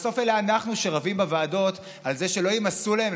בסוף אנחנו אלה שרבים בוועדות על זה שלא ימסו להם,